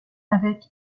avec